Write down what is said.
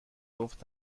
گفت